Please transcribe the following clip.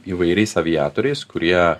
įvairiais aviatoriais kurie